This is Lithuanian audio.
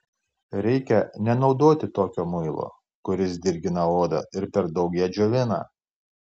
reikia nenaudoti tokio muilo kuris dirgina odą ir per daug ją džiovina